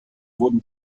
wurden